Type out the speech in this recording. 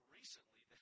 recently